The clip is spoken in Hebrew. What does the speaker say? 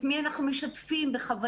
את מי אנחנו משתפים בחוויות,